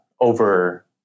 over